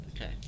okay